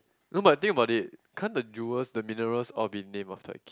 no but think about it can't the jewels the minerals all be name after a kid